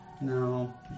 No